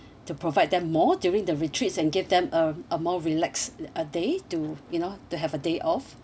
to provide them more during the retreats and give them a a more relax a day to you know to have a day off